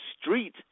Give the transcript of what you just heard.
street